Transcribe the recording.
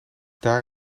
daar